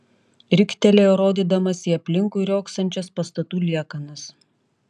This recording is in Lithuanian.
riktelėjo rodydamas į aplinkui riogsančias pastatų liekanas